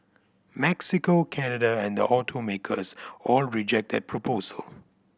Mexico Canada and the automakers all reject that proposal